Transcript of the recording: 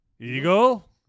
Eagle